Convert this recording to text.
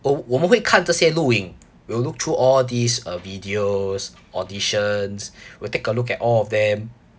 我我们会看这些录音 we'll look through all these uh videos auditions we'll take a look at all of them